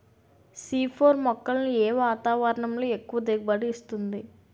C four మొక్కలను ఏ వాతావరణంలో ఎక్కువ దిగుబడి ఇస్తుంది?